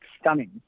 stunning